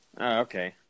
Okay